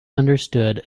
understood